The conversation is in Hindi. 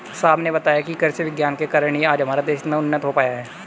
साहब ने बताया कि कृषि विज्ञान के कारण ही आज हमारा देश इतना उन्नत हो पाया है